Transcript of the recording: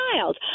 child